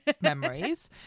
memories